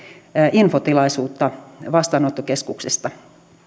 infotilaisuutta vastaanottokeskuksista